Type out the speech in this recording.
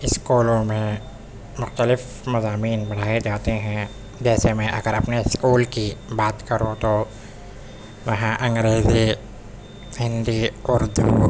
اسکولوں میں مختلف مضامین پڑھائے جاتے ہیں جیسے میں اگر اپنے اسکول کی بات کروں تو وہاں انگریزی ہندی اردو